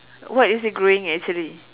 what is it growing actually